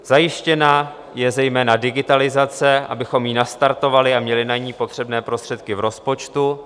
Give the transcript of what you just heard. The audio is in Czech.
Zajištěna je zejména digitalizace, abychom ji nastartovali a měli na ni potřebné prostředky v rozpočtu.